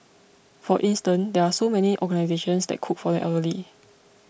for instance there are so many organisations that cook for the elderly